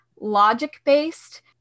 logic-based